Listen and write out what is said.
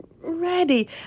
ready